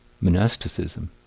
monasticism